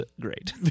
great